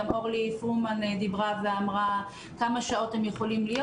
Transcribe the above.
גם אורלי פרומן שאלה כמה שעות הם יכולים להיות.